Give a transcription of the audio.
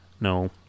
No